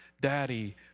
Daddy